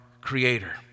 creator